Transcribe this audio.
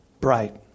Bright